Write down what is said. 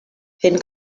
fent